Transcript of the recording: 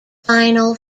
final